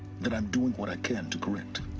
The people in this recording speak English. that i'm doing what i can to correct